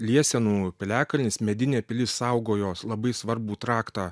liesenų piliakalnis medinė pilis saugojo labai svarbų traktą